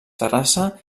terrassa